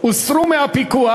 הוסר הפיקוח,